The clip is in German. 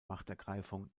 machtergreifung